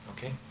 Okay